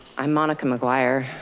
i'm monica mcguire.